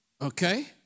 Okay